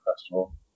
Festival